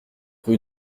rue